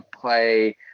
play